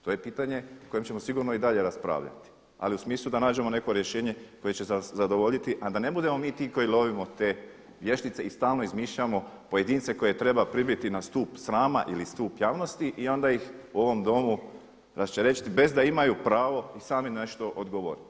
To je pitanje o kojem ćemo sigurno i dalje raspravljati, ali u smislu da nađemo neko rješenje koje će zadovoljiti a da ne budemo mi ti koji lovimo te vještice i stalno izmišljamo pojedince koje treba pribiti na stup srama ili stup javnosti i onda ih u ovom Domu raščerečiti bez da imaju pravo i sami nešto odgovoriti.